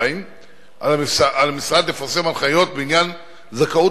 2. על המשרד לפרסם הנחיות בעניין זכאות